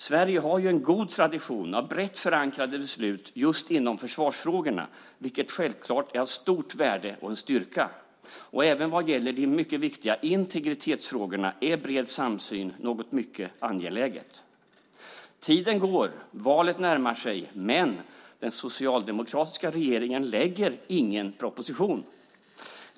Sverige har ju en god tradition av brett förankrade beslut just inom försvarsfrågorna, vilket självklart är av stort värde och en styrka. Även vad gäller de mycket viktiga integritetsfrågorna är bred samsyn något mycket angeläget. Tiden går och valet närmar sig, men den socialdemokratiska regeringen lägger ingen proposition.